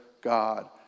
God